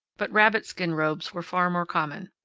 but rabbitskin robes were far more common.